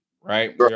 right